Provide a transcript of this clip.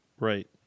Right